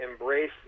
embrace